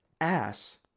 ass